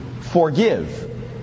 forgive